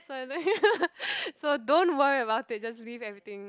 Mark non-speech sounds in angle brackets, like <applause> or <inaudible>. so I think <laughs> so don't worry about it just leave everything